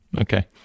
Okay